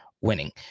winning